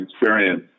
experience